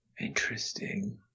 Interesting